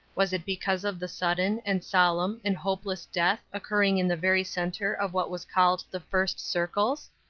was it because of the sudden, and solemn, and hopeless death occurring in the very center of what was called the first circles?